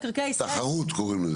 תחרות קוראים לזה.